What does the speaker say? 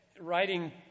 writing